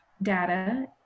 data